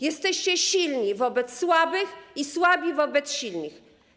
Jesteście silni wobec słabych i słabi wobec silnych.